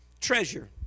Treasure